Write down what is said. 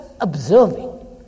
observing